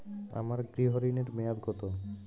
আমার গৃহ ঋণের মেয়াদ কত?